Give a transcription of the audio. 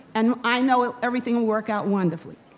and i know everything will work out wonderfully.